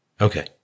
Okay